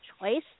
choice